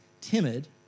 timid